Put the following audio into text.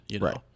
Right